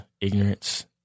ignorance